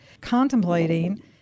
contemplating